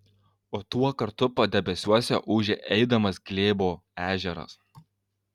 o tuo kartu padebesiuose ūžė eidamas glėbo ežeras